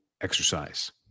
exercise